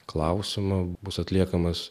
klausimą bus atliekamas